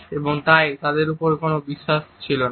এবং তাই তাদের ওপর কোন বিশ্বাস ছিল না